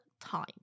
time